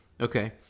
Okay